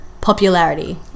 popularity